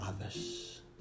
others